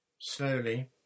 Slowly